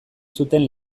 zuten